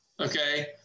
okay